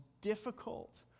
difficult